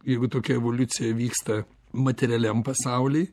jeigu tokia evoliucija vyksta materialiam pasauly